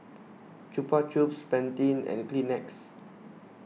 Chupa Chups Pantene and Kleenex